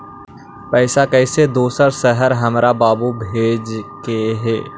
पैसा कैसै दोसर शहर हमरा बाबू भेजे के है?